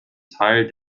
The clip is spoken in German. teil